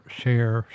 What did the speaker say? share